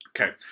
Okay